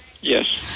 yes